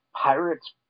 Pirate's